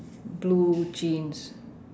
blue jeans